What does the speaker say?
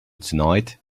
tonight